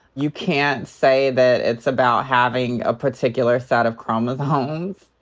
you can't say that it's about having a particular set of chromosomes.